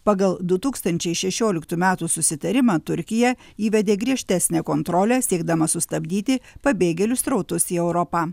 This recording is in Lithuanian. pagal du tūkstančiai šešioliktų metų susitarimą turkija įvedė griežtesnę kontrolę siekdama sustabdyti pabėgėlių srautus į europą